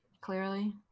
clearly